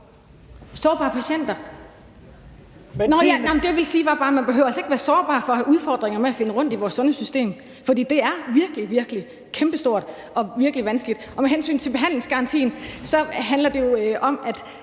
strikkes sammen. Og det, jeg ville sige, var bare, at man altså ikke behøver at være sårbar for at have udfordringer med at finde rundt i vores sundhedssystem, for det er virkelig, virkelig kæmpestort og virkelig vanskeligt. Med hensyn til behandlingsgarantien handler det jo om, at